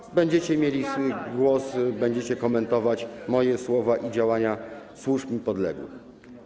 Kiedy będziecie mieli głos, będziecie mogli komentować moje słowa i działania służb mi podległych.